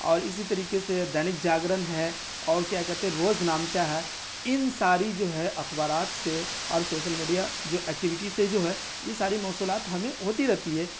اور اسی طریقے سے دینک جاگرن ہے اور کیا کہتے روزنامچہ ہے ان ساری جو ہے اخبارات سے اورسوشل میڈیا جو ایکٹیوٹیز سے جو ہے یہ ساری موصولات ہمیں ہوتی رہتی ہیں